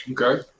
Okay